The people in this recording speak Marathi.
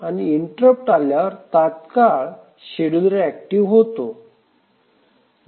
आणि इंटरप्ट आल्यावर तत्काळ शेड्युलर एक्टिव होतो